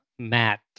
Matt